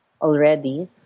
already